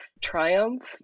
triumph